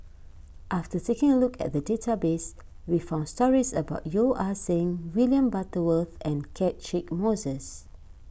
after taking a look at the database we found stories about Yeo Ah Seng William Butterworth and Catchick Moses